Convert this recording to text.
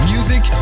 Music